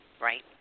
Right